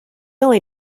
only